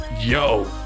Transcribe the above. Yo